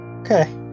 Okay